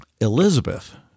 elizabeth